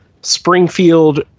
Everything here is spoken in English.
Springfield